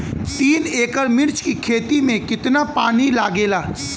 तीन एकड़ मिर्च की खेती में कितना पानी लागेला?